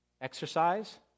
exercise